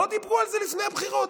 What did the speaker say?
לא דיברו על זה לפני הבחירות.